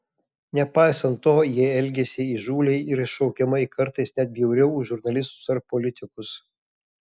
nepaisant to jie elgėsi įžūliai ir iššaukiamai kartais net bjauriau už žurnalistus ar politikus